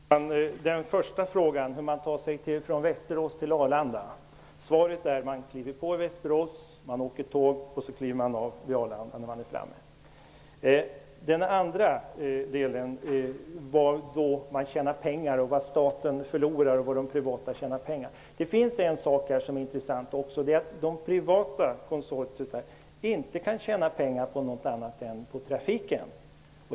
Herr talman! På den första frågan, hur man tar sig från Västerås till Arlanda, är svaret att man kliver på tåget i Västerås och kliver av vid Arlanda. Den andra frågan var vad de privata kan tjäna pengar på och vad staten förlorar. Det intressanta är att de privata konsortierna inte kan tjäna pengar på annat än på trafiken.